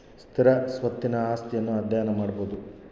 ಸ್ಥಿರ ಸ್ವತ್ತಿನ ಆಸ್ತಿಯನ್ನು ಅಧ್ಯಯನ ಮಾಡಬೊದು